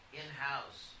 in-house